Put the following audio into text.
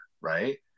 right